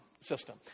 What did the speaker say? system